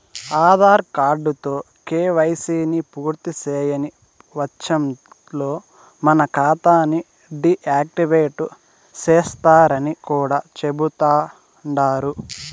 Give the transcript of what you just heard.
ఆదార్ కార్డుతో కేవైసీని పూర్తిసేయని వచ్చంలో మన కాతాని డీ యాక్టివేటు సేస్తరని కూడా చెబుతండారు